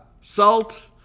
salt